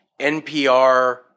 NPR